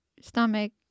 stomach